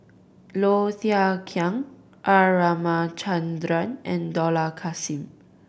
Low Thia Khiang R Ramachandran and Dollah Kassim